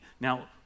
Now